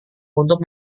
untuk